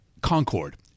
Concorde